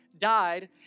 died